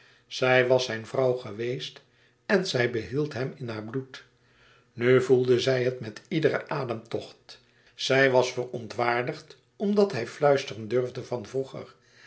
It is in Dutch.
zij was zijn vrouw geweest en zij behield hem in haar bloed nù voelde zij het met iederen ademtocht zij was verontwaardigd omdat hij fluisteren durfde van vroeger